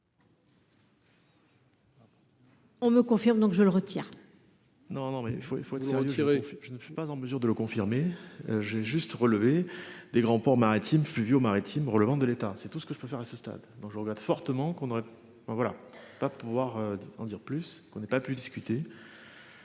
On me confirme donc je le retire. Non non mais il faut, il faut tirer. Je ne suis pas en mesure de le confirmer. J'ai juste relever des grands ports maritimes fluviaux maritimes relevant de l'État, c'est tout ce que je préfère à ce stade, dont je regrette fortement qu'on aurait ben voilà pas pouvoir en dire plus, qu'on n'ait pas pu discuter.